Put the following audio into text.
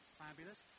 fabulous